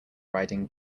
riding